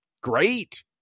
great